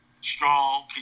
strong